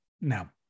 now